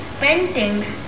paintings